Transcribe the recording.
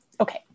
Okay